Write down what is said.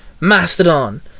Mastodon